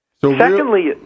Secondly